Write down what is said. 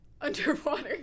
underwater